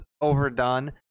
overdone